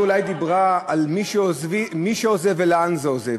היא אולי דיברה על מי שעוזב ולאן עוזב.